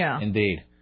indeed